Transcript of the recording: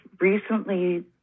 recently